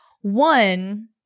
One